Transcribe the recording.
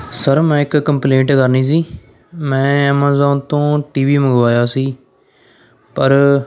sir ਮੈਂ ਇੱਕ complaint ਕਰਨੀ ਸੀ ਮੈਂ ਐਮੇਜ਼ੋਨ ਤੋਂ ਟੀ ਵੀ ਮੰਗਵਾਇਆ ਸੀ ਪਰ